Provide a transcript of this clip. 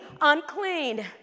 unclean